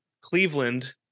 Cleveland